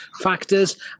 factors